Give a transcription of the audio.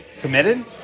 Committed